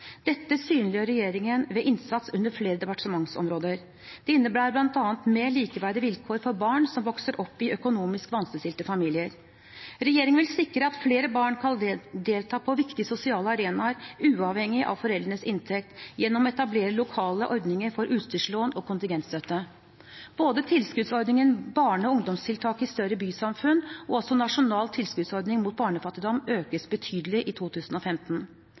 Dette synliggjør regjeringen ved innsats på flere departementsområder. Det innebærer bl.a. mer likeverdige vilkår for barn som vokser opp i økonomisk vanskeligstilte familier. Regjeringen vil sikre at flere barn kan delta på viktige sosiale arenaer, uavhengig av foreldrenes inntekt, gjennom å etablere lokale ordninger for utstyrslån og kontingentstøtte. Både tilskuddsordningen Barne- og ungdomstiltak i større bysamfunn og Nasjonal tilskuddsordning mot barnefattigdom økes betydelig i 2015.